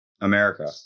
America